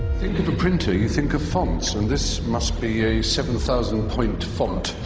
think of a printer, you think of fonts, and this must be a seven thousand point font!